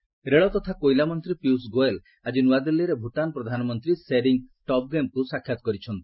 ଗୋୟଲ୍ ଭୁଟାନ୍ ରେଳ ତଥା କୋଇଲା ମନ୍ତ୍ରୀ ପିୟୁଷ ଗୋୟଲ୍ ଆଜି ନୂଆଦିଲ୍ଲୀରେ ଭୁଟାନ୍ ପ୍ରଧାନମନ୍ତ୍ରୀ ଶେରିଙ୍ଗ୍ ଟବ୍ଗେଙ୍କୁ ସାକ୍ଷାତ୍ କରିଛନ୍ତି